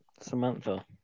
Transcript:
Samantha